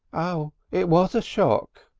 ah it was a shock,